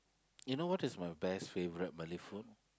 you know what is my best favourite Malay food